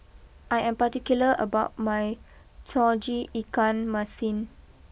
I am particular about my Tauge Ikan Masin